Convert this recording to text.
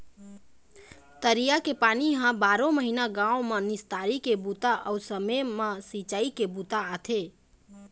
तरिया के पानी ह बारो महिना गाँव म निस्तारी के बूता अउ समे म सिंचई के बूता आथे